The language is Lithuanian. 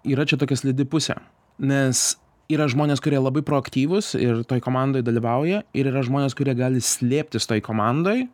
yra čia tokia slidi pusė nes yra žmonės kurie labai proaktyvūs ir toj komandoj dalyvauja ir yra žmonės kurie gali slėptis toj komandoj